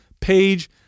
page